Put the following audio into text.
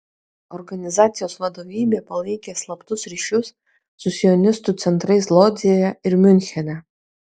organizacijos vadovybė palaikė slaptus ryšius su sionistų centrais lodzėje ir miunchene